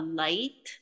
light